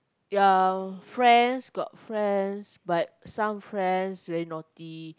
ya friends got friends but some friends very naughty